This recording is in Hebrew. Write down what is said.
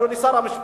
אדוני שר המשפטים: